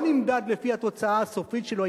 לא נמדד לפי התוצאה הסופית שלו,